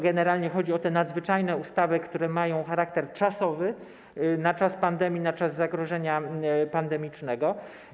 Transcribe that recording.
Generalnie chodzi o te nadzwyczajne ustawy, które mają charakter czasowy, są na czas pandemii, na czas zagrożenia pandemicznego.